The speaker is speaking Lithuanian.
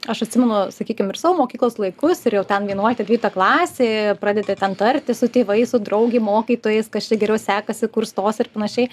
aš atsimenu sakykim ir savo mokyklos laikus ir jau ten vienuolikta dvylikta klasė pradedi ten tartis su tėvais su draugėm mokytojais kas čia geriau sekasi kur stosi ir panašiai